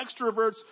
extroverts